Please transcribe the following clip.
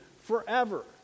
forever